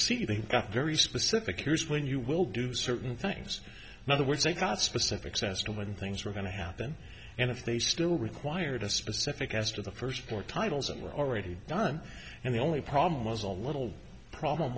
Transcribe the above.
c they got very specific years when you will do certain things in other words they got specifics as to when things were going to happen and if they still required a specific as to the first four titles and were already done and the only problem was a little problem